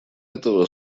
этого